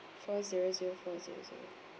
four zero zero four zero zero